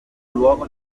luogo